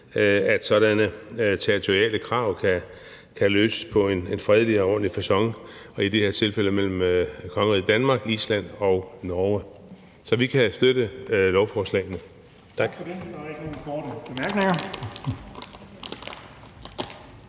at sådanne territoriale krav kan løses på en fredelig og ordentlig facon og i det her tilfælde mellem kongeriget Danmark, Island og Norge. Så vi kan støtte lovforslagene.